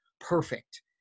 perfect